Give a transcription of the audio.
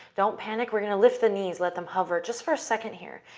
don't panic. we're going to lift the knees, let them hover just for a second here.